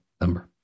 number